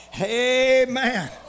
amen